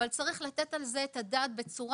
אבל צריך לתת על זה את הדעת בצורה